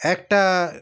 একটা